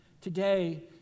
today